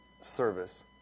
service